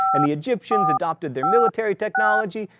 and the egyptians adopted their military technology.